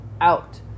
Out